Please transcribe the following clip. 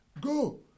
Go